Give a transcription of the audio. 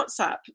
whatsapp